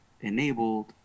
enabled